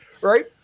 right